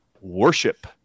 worship